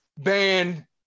ban